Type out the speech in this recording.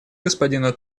господину